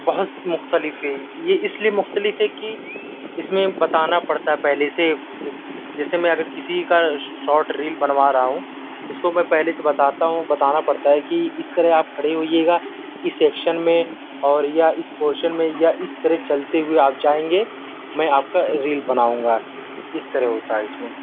بہت مختلف ہے یہ اس لیے مختلف ہے کہ اس میں بتانا پڑتا ہے پہلے سے جیسے میں اگر کسی کو شارٹ ریل بنوا رہا ہوں اس کو میں پہلے سے ہی بتاتا ہوں بتانا پڑتا ہے کہ اس طرح آپ کھڑے ہوئیے گا اس ایکشن میں اور یا اس پورشن میں یا اس طرح آپ چلتے ہوئے آپ جائیں گے میں آپ کا ریل بناؤں گا اس طرح ہوتا ہے اس میں